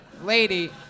lady